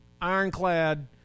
ironclad